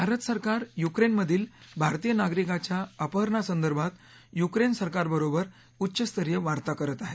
भारत सरकार यूक्रेनमधील भारतीय नागरिकाच्या अपहरणासंदर्भात यूक्रेन सरकारबरोबर उच्चस्तरीय वार्ता करत आहे